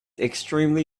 extremely